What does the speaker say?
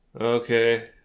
Okay